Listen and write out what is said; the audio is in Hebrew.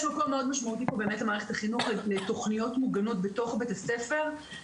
מקום מאוד משמעותי במערכת החינוך לתוכניות מוגנות בתוך בית הספר.